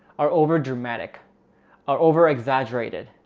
are overdramatic are over-exaggerated,